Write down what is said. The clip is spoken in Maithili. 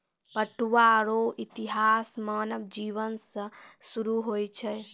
पटुआ रो इतिहास मानव जिवन से सुरु होय छ